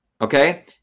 okay